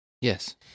Yes